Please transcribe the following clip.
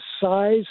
size